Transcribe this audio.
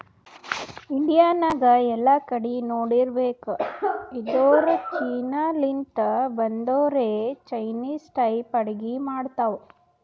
India ನಾಗ್ ಎಲ್ಲಾ ಕಡಿ ನೋಡಿರ್ಬೇಕ್ ಇದ್ದೂರ್ ಚೀನಾ ಲಿಂತ್ ಬಂದೊರೆ ಚೈನಿಸ್ ಟೈಪ್ ಅಡ್ಗಿ ಮಾಡ್ತಾವ್